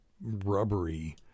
rubbery